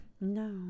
No